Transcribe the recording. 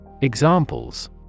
Examples